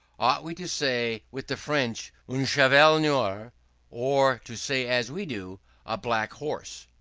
ought we to say with the french un cheval noir or to say as we do a black horse?